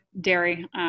dairy